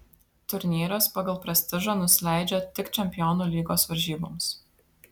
turnyras pagal prestižą nusileidžia tik čempionų lygos varžyboms